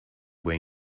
were